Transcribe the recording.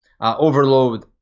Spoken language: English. overload